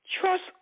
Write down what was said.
Trust